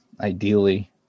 ideally